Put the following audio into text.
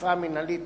שהאכיפה המינהלית